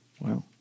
Wow